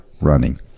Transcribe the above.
running